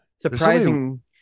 surprising